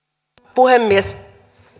puhemies